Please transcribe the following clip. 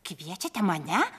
kviečiate mane